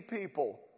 people